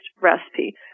recipe